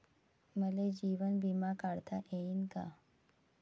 मले जीवन बिमा काढता येईन का?